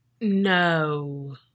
No